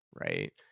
right